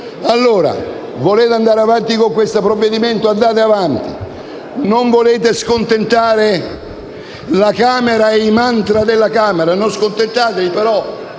Volete andare avanti con questo provvedimento? Andate avanti. Non volete scontentare la Camera e i *mantra* della Camera? Non fatelo. Però